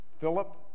Philip